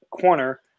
corner